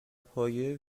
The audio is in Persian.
پایه